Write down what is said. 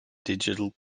digital